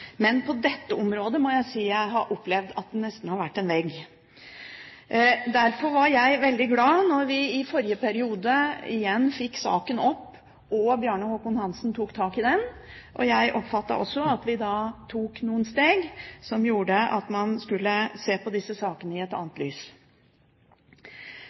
men på dette området må jeg si at jeg har opplevd at det nesten har vært en vegg. Derfor var jeg veldig glad da vi i forrige periode igjen fikk saken opp, da Bjarne Håkon Hanssen tok tak i den. Jeg oppfattet også at vi tok noen steg for at man skulle se disse sakene i et annet